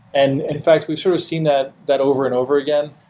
and in fact, we've sort of seen that that over and over again.